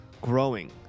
growing